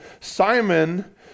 Simon